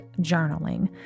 journaling